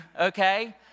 Okay